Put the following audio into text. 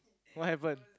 what happened